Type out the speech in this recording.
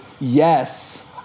yes